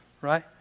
right